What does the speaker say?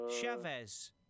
Chavez